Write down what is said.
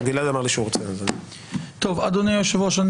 אדוני היושב-ראש,